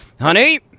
Honey